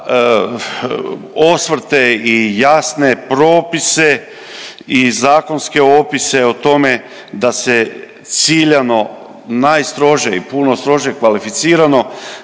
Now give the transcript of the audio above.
osvrte i jasne propise i zakonske opise o tome da se ciljano najstrože i puno strože kvalificirano